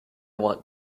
want